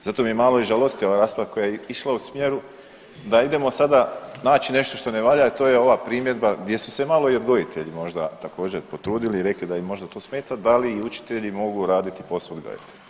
Zato me malo i žalosti ova rasprava koja je išla u smjeru da idemo sada naći nešto što ne valja, a to je ova primjedba gdje su se malo i odgojitelji možda također potrudili i rekli da im možda to smeta da li i učitelji mogu raditi posao odgajatelja.